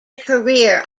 career